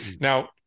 Now